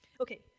Okay